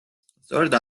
სწორედ